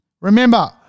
Remember